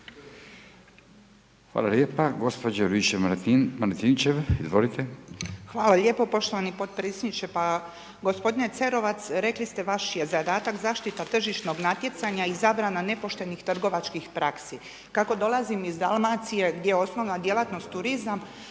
izvolite. **Juričev-Martinčev, Branka (HDZ)** Hvala lijepa poštovani potpredsjedniče, pa gospodine Cerovac, rekli ste vaš je zadatak zaštita tržišnog natjecanja i zabrana nepoštenih trgovačkih praksi. Kako dolazim iz Dalmacije, gdje je osnovna djelatnost turizam,